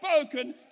spoken